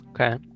Okay